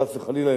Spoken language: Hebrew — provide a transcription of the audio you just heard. חס וחלילה,